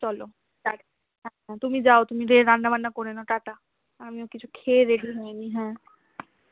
চলো রাখছি হ্যাঁ হ্যাঁ তুমি যাও তুমি গিয়ে রান্নাবান্না করে নাও টাটা আমিও কিছু খেয়ে রেডি হয়ে নিই হ্যাঁ